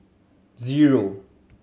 zero